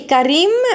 Karim